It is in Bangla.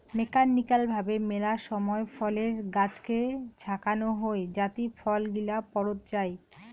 মেকানিক্যাল ভাবে মেলা সময় ফলের গাছকে ঝাঁকানো হই যাতি ফল গিলা পড়ত যাই